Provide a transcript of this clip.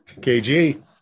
KG